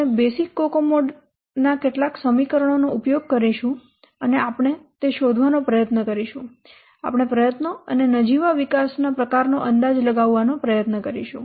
આપણે basic COCOMO ના કેટલાક સમીકરણોનો ઉપયોગ કરીશું અને આપણે તે શોધવાનો પ્રયત્ન કરીશું આપણે પ્રયત્નો અને નજીવા વિકાસના પ્રકારનો અંદાજ લગાવવાનો પ્રયત્ન કરીશું